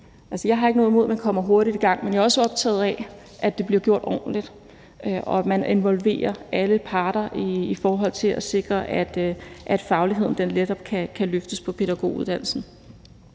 jeg har ikke noget imod, at man kommer hurtigt i gang, men jeg er også optaget af, at det bliver gjort ordentligt, og at man involverer alle parter, i forhold til at sikre at fagligheden netop kan løftes på pædagoguddannelsen.